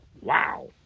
Wow